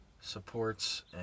supports